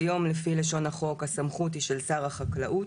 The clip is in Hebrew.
כיום לפי לשון החוק הסמכות היא של שר החקלאות.